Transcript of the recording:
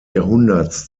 jahrhunderts